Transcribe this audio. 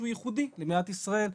שהוא ייחודי למדינת ישראל.